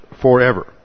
forever